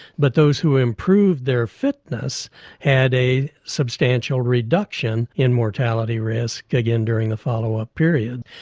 but those who improved their fitness had a substantial reduction in mortality risk again during the follow up period.